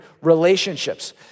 relationships